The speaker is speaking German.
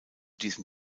diesem